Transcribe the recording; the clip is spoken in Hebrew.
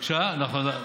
חרוץ מאוד.